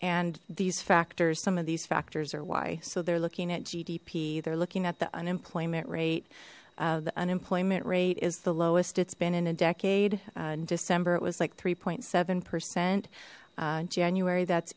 and these factors some of these factors are why so they're looking at gdp they're looking at the unemployment rate the unemployment rate is the lowest it's been in a decade and december it was like three point seven percent january that's